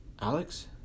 Alex